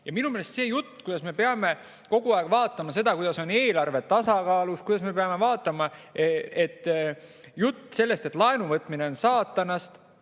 Ja minu meelest see jutt, kuidas me peame kogu aeg vaatama seda, kuidas on eelarve tasakaalus, jutt sellest, et laenu võtmine on saatanast.